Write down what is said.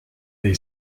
they